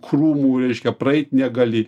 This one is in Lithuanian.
krūmų reiškia praeit negali